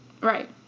Right